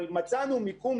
אבל מצאנו מיקום,